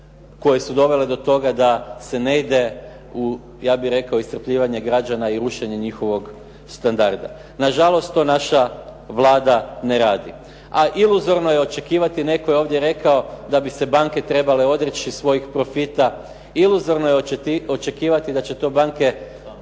koje su dovele do toga da se ne ide u, ja bih rekao iscrpljivanje građana i rušenje njihovog standarda. Nažalost, to naša Vlada ne radi. A iluzorno je očekivati, netko je ovdje rekao da bi se banke trebale odreći svojih profita, iluzorno je očekivati da će to banke